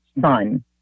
son